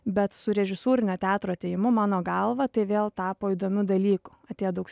bet su režisūrinio teatro atėjimu mano galva tai vėl tapo įdomiu dalyku atėjo daug